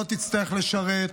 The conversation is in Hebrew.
לא תצטרך לשרת,